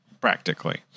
practically